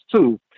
two